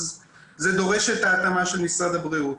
אז זה דורש את ההתאמה של משרד הבריאות.